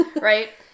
Right